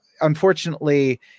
unfortunately